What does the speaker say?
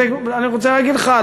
אני רוצה להגיד לך,